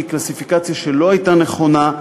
היא קלסיפיקציה שלא הייתה נכונה.